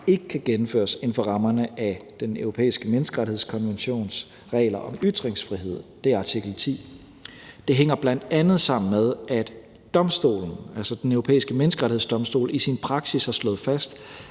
ikke kan gennemføres inden for rammerne af Den Europæiske Menneskerettighedskonventions regler om ytringsfrihed – det er artikel 10. Det hænger bl.a. sammen med, at domstolen – altså Den Europæiske Menneskerettighedsdomstol – i sin praksis har slået fast,